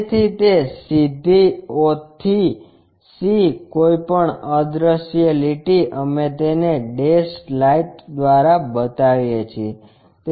તેથી તે સીથી ઓ થી સી કોઈપણ અદ્રશ્ય લીટી અમે તેને તે ડેશ લાઇટ્સ દ્વારા બતાવીએ છીએ